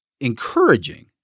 encouraging